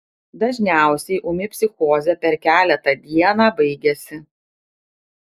dažniausiai ūmi psichozė per keletą dieną baigiasi